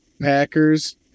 Packers